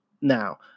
now